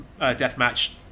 Deathmatch